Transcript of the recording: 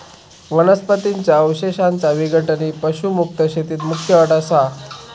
वनस्पतीं च्या अवशेषांचा विघटन ही पशुमुक्त शेतीत मुख्य अट असा